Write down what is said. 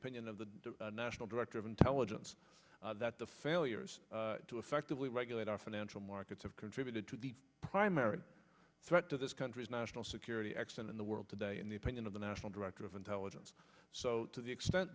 opinion of the national director of intelligence that the failures to effectively regulate our financial markets have contributed to the primary threat to this country's national security x and in the world today in the opinion of the national director of intelligence so to the extent